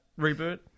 reboot